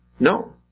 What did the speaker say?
No